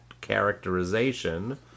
characterization